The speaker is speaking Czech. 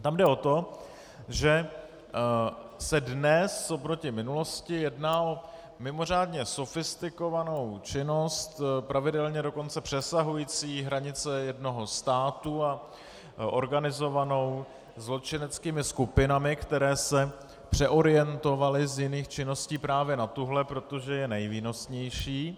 Tam jde o to, že se dnes oproti minulosti jedná o mimořádně sofistikovanou činnost, pravidelně dokonce přesahující hranice jednoho státu a organizovanou zločineckými skupinami, které se přeorientovaly z jiných činností právě na tuhle, protože je nejvýnosnější.